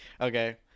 Okay